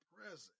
present